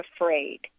afraid